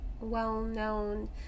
well-known